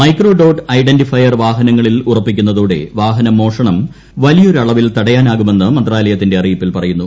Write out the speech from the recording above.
microdot identifier വാഹനങ്ങളിൽ ഉറപ്പിക്കുന്നതോടെ വാഹനമോഷ്ട്രണ്ട് വലിയൊരളവിൽ തടയാനാകുമെന്ന് മന്ത്രാലയത്തിന്റെ അറിയിപ്പിൽ പ്ഷരയുന്നു